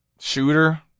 shooter